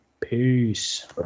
Peace